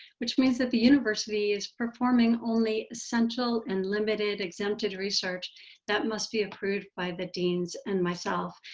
which means that the university is performing only essential and limited exempted research that must be approved by the deans and myself.